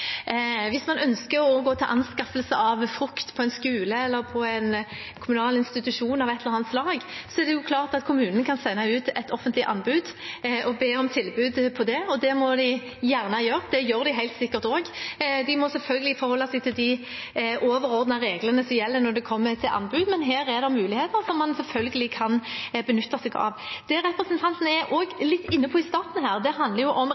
Hvis man ønsker å gå til anskaffelse av frukt på en skole eller på en kommunal institusjon av et eller annet slag, er det klart at kommunen kan sende ut et offentlig anbud og be om tilbud ut fra det. Det må de gjerne gjøre, og det gjør de helt sikkert også. De må selvfølgelig forholde seg til de overordnede reglene som gjelder for anbud, men her er det muligheter som man selvfølgelig kan benytte seg av. Det representanten var litt inne på i starten, handler jo om